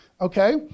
Okay